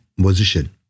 position